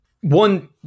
One